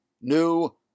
New